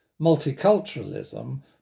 multiculturalism